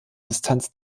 distanz